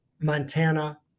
Montana